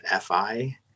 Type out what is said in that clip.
FI